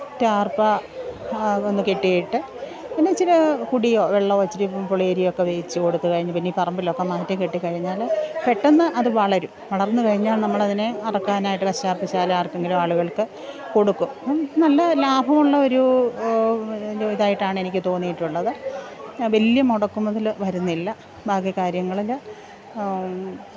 റ്റാര്പ്പായ അതൊന്ന് കെട്ടിയിട്ട് പിന്നെ ഇച്ചിരി കുടിയോ വെള്ളമോ ഇച്ചിരി പുളിയരിയൊക്കെ വേവിച്ച് കൊടുത്ത് കഴിഞ്ഞ് പിന്നെ ഈ പറമ്പിലൊക്കെ മാറ്റിക്കെട്ടിക്കഴിഞ്ഞാൽ പെട്ടന്ന് അത് വളരും വളര്ന്ന് കഴിഞ്ഞാല് നമ്മളതിനെ അറുക്കാനായിട്ട് കശാപ്പുശാല ആര്ക്കെങ്കിലും ആളുകള്ക്ക് കൊടുക്കും അപ്പം നല്ല ലാഭമുള്ള ഒരു ഇതായിട്ടാണ് എനിക്ക് തോന്നിയിട്ടുള്ളത് വലിയ മുടക്കുമുതൽ വരുന്നില്ല ബാക്കി കാര്യങ്ങളിൽ